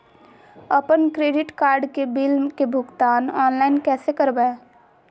अपन credit card के bill के भुगतान ऑनलाइन कैसे करबैय?